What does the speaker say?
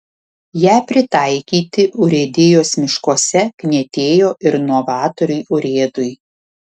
ją pritaikyti urėdijos miškuose knietėjo ir novatoriui urėdui